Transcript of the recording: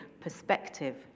perspective